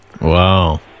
Wow